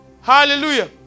Hallelujah